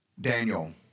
Daniel